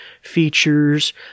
features